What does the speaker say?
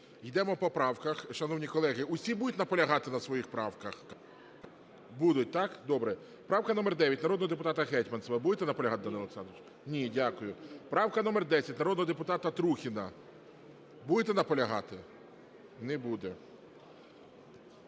Йдемо по правках, шановні колеги. Усі будуть наполягати на своїх правках? Будуть, так? Добре. Правка номер 9, народного депутата Гетманцева. Будете наполягати, Данило Олександрович? Ні. Дякую. Правка номер 10, народного депутата Трухіна. Будете наполягати? Не буде.